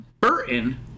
Burton